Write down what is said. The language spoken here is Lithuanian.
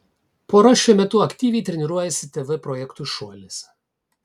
pora šiuo metu aktyviai treniruojasi tv projektui šuolis